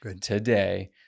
today